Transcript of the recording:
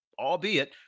albeit